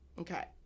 Okay